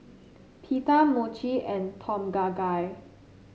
Pita Mochi and Tom Kha Gai